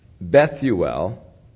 Bethuel